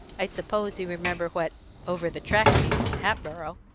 i suppose you remember what over the track means in hatboro'?